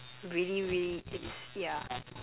really really it's ya